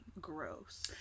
gross